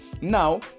now